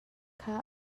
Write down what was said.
kha